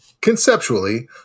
conceptually